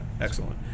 excellent